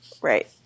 Right